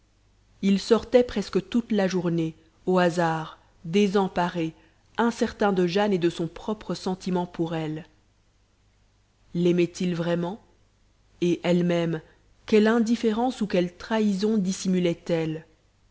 il sortait presque toute la journée au hasard désemparé incertain de jane et de son propre sentiment pour elle laimait il vraiment et elle-même quelle indifférence ou quelle trahison